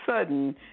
sudden